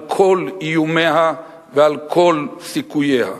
על כל איומיה ועל כל סיכוייה.